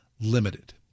limited